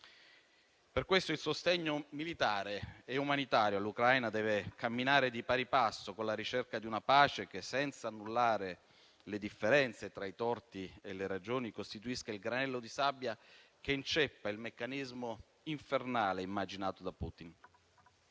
Per questo il sostegno militare e umanitario all'Ucraina deve camminare di pari passo con la ricerca di una pace che, senza annullare le differenze tra i torti e le ragioni, costituisca il granello di sabbia che inceppa il meccanismo infernale immaginato da Putin.